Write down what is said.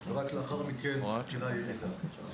ורק לאחר מכן מתחילה ירידה.